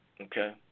okay